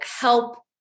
help